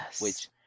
which-